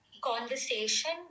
Conversation